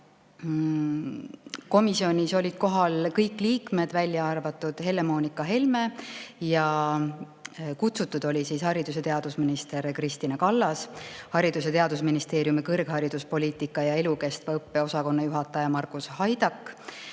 Komisjonis olid kohal kõik liikmed, välja arvatud Helle-Moonika Helme. Kutsutud olid haridus‑ ja teadusminister Kristina Kallas, Haridus‑ ja Teadusministeeriumi kõrghariduspoliitika ja elukestva õppe osakonna juhataja Margus Haidak